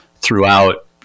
throughout